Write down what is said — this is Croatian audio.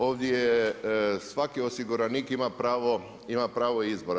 Ovdje svaki osiguranik ima pravo izbora.